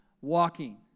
walking